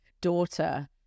daughter